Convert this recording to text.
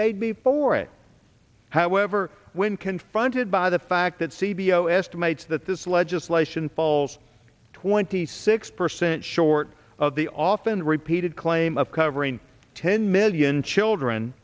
they'd be for it however when confronted by the fact that c b o s to mates that this legislation falls twenty six percent short of the often repeated claim of covering ten million children